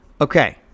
Okay